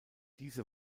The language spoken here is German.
diese